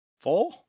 Four